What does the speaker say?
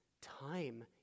time